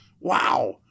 Wow